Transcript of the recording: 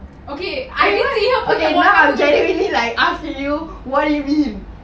okay now I geniunely like asking you what you mean